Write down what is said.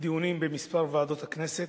דיונים בכמה ועדות הכנסת: